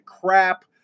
crap